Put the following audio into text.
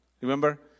Remember